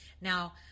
Now